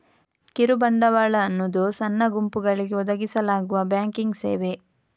ಕಿರು ಬಂಡವಾಳ ಅನ್ನುದು ಸಣ್ಣ ಗುಂಪುಗಳಿಗೆ ಒದಗಿಸಲಾಗುವ ಬ್ಯಾಂಕಿಂಗ್ ಸೇವೆ